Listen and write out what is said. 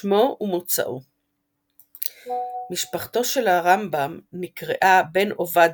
שמו ומוצאו משפחתו של הרמב"ם נקראה 'בן עובדיה',